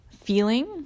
feeling